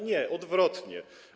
Nie, odwrotnie.